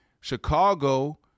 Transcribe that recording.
Chicago